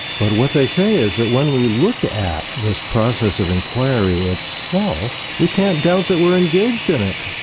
but what they say is that when we look at this process of inquiry itself, we can't doubt that we're engaged in it.